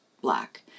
black